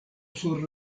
sur